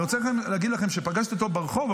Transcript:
אני רוצה להגיד לכם שפגשתי אותו ברחוב,